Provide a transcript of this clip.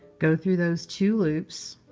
go through those two loops,